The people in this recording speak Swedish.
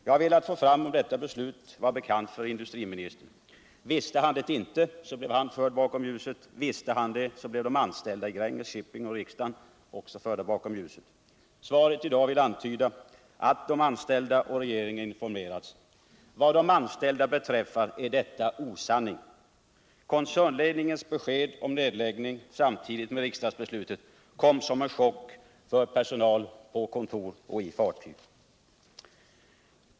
Jag ville veta om detta beslut var bekant för industriministern. Visste han det inte blev han förd bakom ljuset. Visste 25 han det blev de anställda i Gränges Shipping samt riksdagen förda bakom ljuset. Svaret i dag vill antyda att de anställda och regeringen informerats. Vad de anställda beträtfar är detta osanning. Koncernledningens beslut om nedtrappning samtidigt med riksdagsbestutet kom som en chock för personal på kontor och i fartyg.